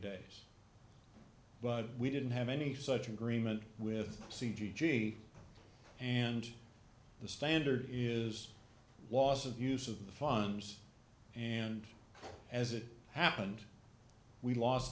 days but we didn't have any such agreement with c g g and the standard is loss of use of funds and as it happened we lost